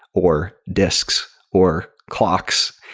or disks, or clocks,